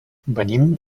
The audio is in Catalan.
venim